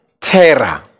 terror